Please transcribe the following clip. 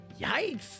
Yikes